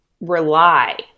rely